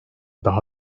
daha